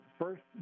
first